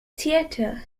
theater